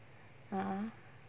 (uh huh)